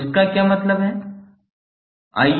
अब इसका क्या मतलब है